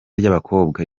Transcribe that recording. ry’abakobwa